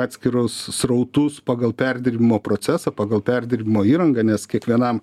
atskirus srautus pagal perdirbimo procesą pagal perdirbimo įrangą nes kiekvienam